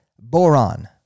boron